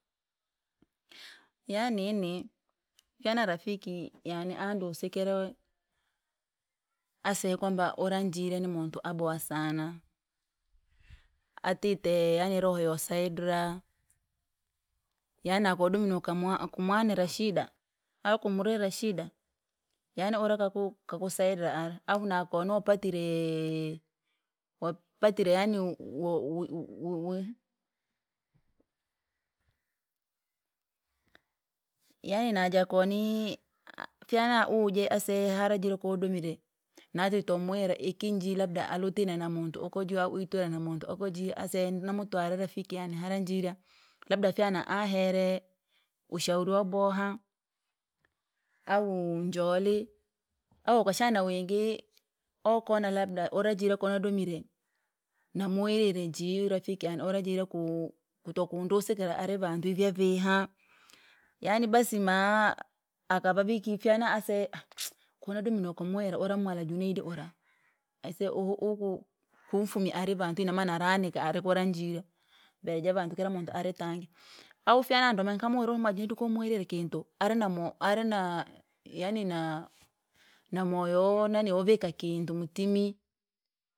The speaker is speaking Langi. Yani nini, fyana rafiki yani andusikire. Aseye kwamba uri jira ni muntu aboha sana, atite yani roho yosaidira, yani nakowadomire nokamwa kumwaira shida, au kumririra shida, yani ura akaku kakusidira ari au na kono wapatire! Koupatire yaani wo- wowo wiwi. yani najakoni fyana uje aseye ihara jii koni wadomire, natiretomuwira iki njii labda alutine na muntu oko jiyo au itwire na muntu uko jiyo aseye namtwarire rafiki yani hara njia, labda fyana anhere, ushauri waboha, au njoli, au wakasharia wingi, okona labda ura njii kowadomire, namuwirire jii rafiki yani ura jii koo- kutokundusikira ari vandu vyeviha, yaani basi maa akavaviki fyana aseye aaha, koninademire nokamuwina ura mwamwala junaidi ura. Aisee uhu- uku kumfumya ari vantwi, inamaana aranika ari kura njira, mbere javantu kira muntu aritange, au fyanandome nkamuwire ura mwamwala kowamuwirire kintu, ari namo arina! Yaani naa moyo wonanii wovika kintu mtumi.